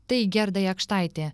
tai gerda jakštaitė